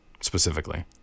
specifically